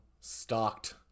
stalked